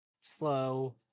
slow